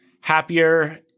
happier